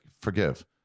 forgive